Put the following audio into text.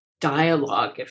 dialogue